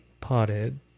potted